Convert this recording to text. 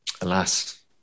alas